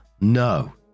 no